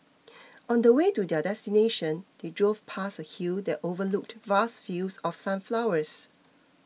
on the way to their destination they drove past a hill that overlooked vast fields of sunflowers